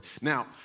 Now